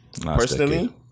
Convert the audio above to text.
personally